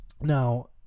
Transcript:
Now